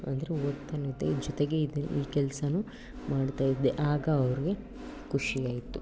ಅಂದರೆ ಓದ್ತನೂ ಇದ್ದೆ ಜೊತೆಗೆ ಇದನ್ನ ಈ ಕೆಲಸನೂ ಮಾಡ್ತಾಯಿದ್ದೆ ಆಗ ಅವ್ರಿಗೆ ಖುಷಿ ಆಯಿತು